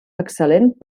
excel·lent